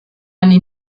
einen